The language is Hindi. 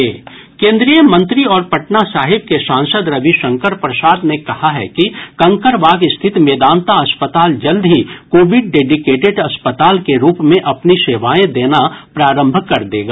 केंद्रीय मंत्री और पटना साहिब के सांसद रविशंकर प्रसाद ने कहा है कि कंकड़बाग स्थित मेदान्ता अस्पताल जल्द ही कोविड डेडीकेटेड अस्पताल के रूप में अपनी सेवाएं देना प्रारम्भ कर देगा